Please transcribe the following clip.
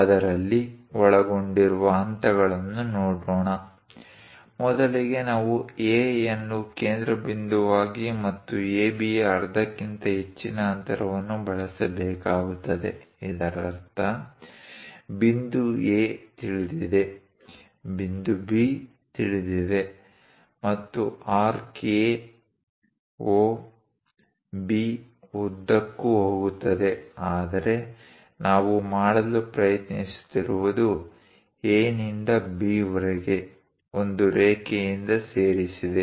ಅದರಲ್ಲಿ ಒಳಗೊಂಡಿರುವ ಹಂತಗಳನ್ನು ನೋಡೋಣ ಮೊದಲಿಗೆ ನಾವು A ಯನ್ನು ಕೇಂದ್ರಬಿಂದುವಾಗಿ ಮತ್ತು ABಯ ಅರ್ಧಕ್ಕಿಂತ ಹೆಚ್ಚಿನ ಅಂತರವನ್ನು ಬಳಸಬೇಕಾಗುತ್ತದೆ ಇದರರ್ಥ ಬಿಂದು A ತಿಳಿದಿದೆ ಬಿಂದು B ತಿಳಿದಿದೆ ಮತ್ತು ಆರ್ಕ್ A O B ಉದ್ದಕ್ಕೂ ಹೋಗುತ್ತದೆ ಆದರೆ ನಾವು ಮಾಡಲು ಪ್ರಯತ್ನಿಸುತ್ತಿರುವುದು A ನಿಂದ B ವರೆಗೆ ಒಂದು ರೇಖೆಯಿಂದ ಸೇರಿಸಿದೆ